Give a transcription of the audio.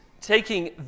taking